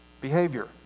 behavior